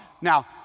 Now